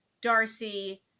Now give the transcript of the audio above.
Darcy